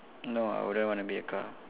no I wouldn't wanna be a car